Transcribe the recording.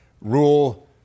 Rule